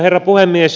herra puhemies